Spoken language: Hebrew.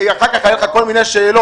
אחר כך היו לך כל מיני שאלות,